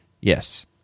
Yes